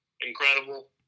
Incredible